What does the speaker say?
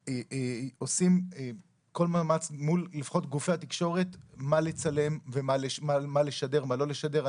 עושים כל מאמץ מול גופי התקשורת מה לצלם ומה לשדר ומה לא לשדר.